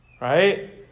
right